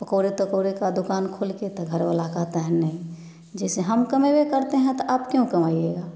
पकौड़े तकौरे का दुकान खोल के तो घर वाला कहता है नहीं जैसे हम कमाते करते हैं तो आप क्यों कमाएंगी